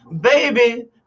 baby